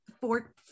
four